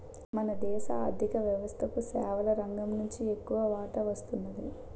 మన దేశ ఆర్ధిక వ్యవస్థకు సేవల రంగం నుంచి ఎక్కువ వాటా వస్తున్నది